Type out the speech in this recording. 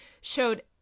showed